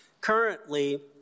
Currently